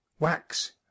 wax